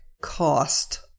cost